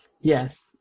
Yes